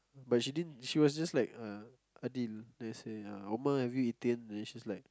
but she didn't she was just like uh Adil then I say yeah omma have you eaten then she's like